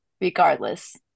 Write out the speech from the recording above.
regardless